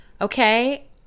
Okay